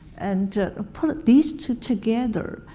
and ah put these two together.